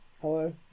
Hello